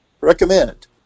Recommend